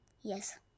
Yes